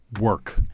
work